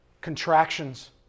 contractions